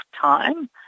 time